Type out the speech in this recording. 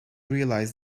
realise